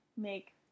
make